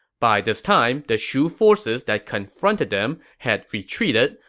by this time, the shu forces that confronted them had retreated,